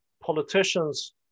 politicians